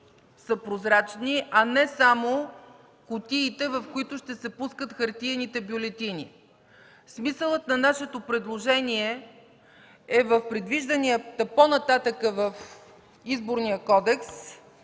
Смисълът на нашето предложение е в предвиждания по-нататък Изборен кодекс